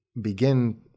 begin